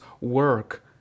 work